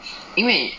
eh wait